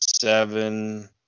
seven